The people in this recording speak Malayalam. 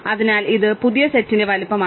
അതിനാൽ ഇത് പുതിയ സെറ്റിന്റെ വലുപ്പമാണ്